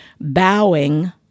bowing